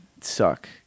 suck